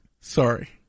Sorry